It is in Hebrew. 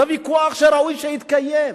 זה ויכוח שראוי שיתקיים.